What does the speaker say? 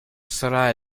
sarà